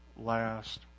last